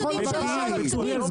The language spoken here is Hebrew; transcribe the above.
בדיוק.